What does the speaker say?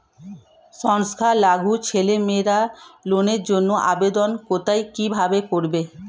সংখ্যালঘু ছেলেমেয়েরা লোনের জন্য আবেদন কোথায় কিভাবে করবে?